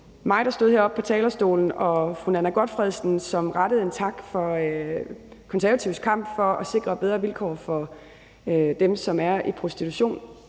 mig, der stod heroppe på talerstolen, og fru Nanna W. Gotfredsen, som rettede en tak for Konservatives kamp for at sikre bedre vilkår for dem, som er i prostitution,